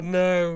no